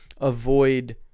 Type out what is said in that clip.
avoid